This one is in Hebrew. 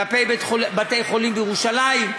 כלפי בתי-חולים בירושלים,